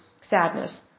Sadness